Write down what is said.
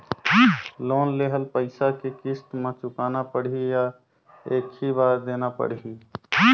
Loan लेहल पइसा के किस्त म चुकाना पढ़ही या एक ही बार देना पढ़ही?